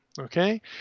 okay